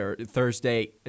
thursday